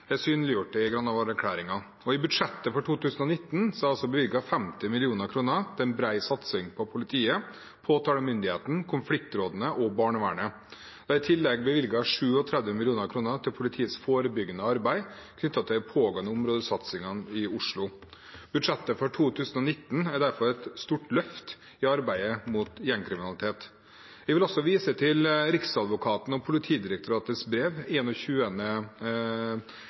og i budsjettet for 2019 er det bevilget 50 mill. kr til en bred satsing på politiet, påtalemyndigheten, konfliktrådene og barnevernet. Det er i tillegg bevilget 37 mill. kr til politiets forebyggende arbeid knyttet til de pågående områdesatsingene i Oslo. Budsjettet for 2019 er derfor et stort løft i arbeidet mot gjengkriminalitet. Jeg vil også vise til Riksadvokaten og Politidirektoratets brev